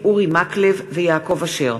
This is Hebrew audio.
אורי מקלב ויעקב אשר,